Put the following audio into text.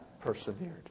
persevered